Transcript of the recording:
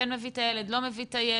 כן להביא את הילד או לא מביא את הילד.